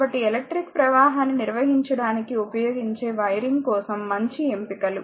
కాబట్టి ఎలక్ట్రిక్ ప్రవాహాన్ని నిర్వహించడానికి ఉపయోగించే వైరింగ్ కోసం మంచి ఎంపికలు